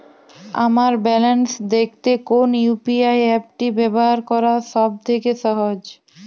আমার ব্যালান্স দেখতে কোন ইউ.পি.আই অ্যাপটি ব্যবহার করা সব থেকে সহজ?